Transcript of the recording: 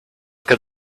could